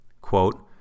quote